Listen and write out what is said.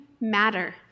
matter